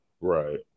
Right